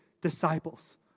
disciples